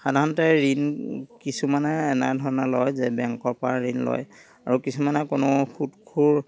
সাধাৰণতে ঋণ কিছুমানে এনেধৰণে লয় যে বেংকৰ পৰা ঋণ লয় আৰু কিছুমানে কোনো সুদখোৰ